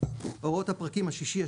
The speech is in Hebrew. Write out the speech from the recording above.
הוראות הפרקים השישי,